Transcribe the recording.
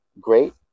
great